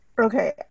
okay